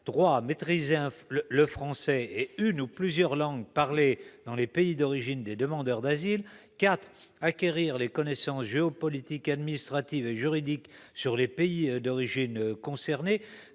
maîtriser le français et une ou plusieurs langues parlées dans les pays d'origine des demandeurs d'asile ; quatrièmement, acquérir des connaissances géopolitiques, administratives et juridiques sur les pays d'origine concernés.